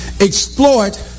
exploit